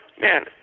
man